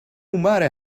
matter